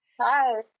Hi